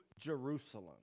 Jerusalem